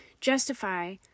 justify